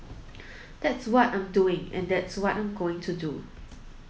that's what I'm doing and that's what I'm going to do